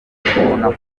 ikibazo